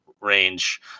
range